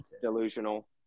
delusional